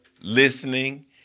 listening